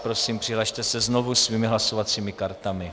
Prosím, přihlaste se znovu svými hlasovacími kartami.